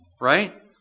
right